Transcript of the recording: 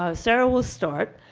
ah sara will start